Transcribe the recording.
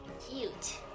cute